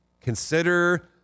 Consider